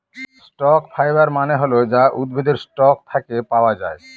stock fibre মানে হল যা উদ্ভিদের স্টক থাকে পাওয়া যায়